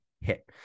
hit